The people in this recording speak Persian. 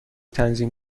تنظیم